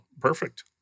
Perfect